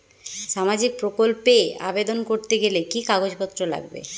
সামাজিক প্রকল্প এ আবেদন করতে গেলে কি কাগজ পত্র লাগবে?